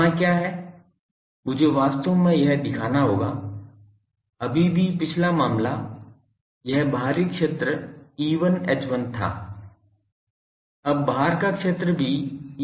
वहाँ क्या है मुझे वास्तव में यह दिखाना होगा अभी भी पिछला मामला यह बाहरी क्षेत्र E1 H1 था अब बाहर का क्षेत्र भी E1 H1 है